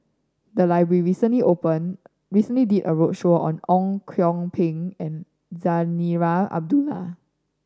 the library recently open recently did a roadshow on Ang Kok Peng and Zarinah Abdullah